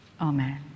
Amen